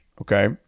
okay